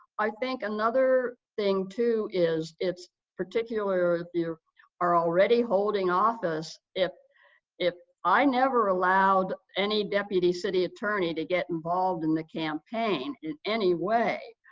i think another thing too is it's particularly, if you are already holding office, if if i never allowed any deputy city attorney to get involved in the campaign in any way,